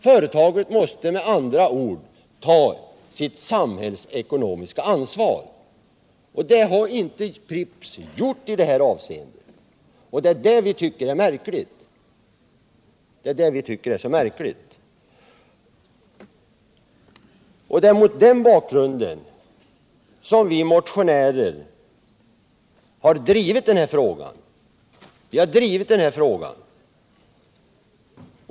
Företaget måste med andra ord ta sitt samhällsekonomiska ansvar. Det har inte Pripps gjort, och det är det vi tycker är märkligt. Det är mot den bakgrunden som vi motionärer har drivit den här frågan.